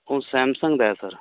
ਉਹ ਸੈਮਸੰਗ ਦਾ ਏ ਸਰ